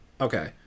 Okay